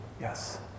Yes